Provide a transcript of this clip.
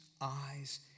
eyes